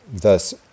thus